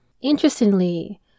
Interestingly